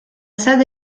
sede